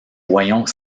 voyons